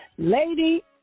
Lady